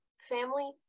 family